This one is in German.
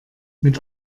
mit